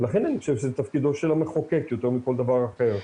לכן אני חושב שזה תפקידו של המחוקק יותר מכל דבר אחר.